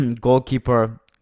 goalkeeper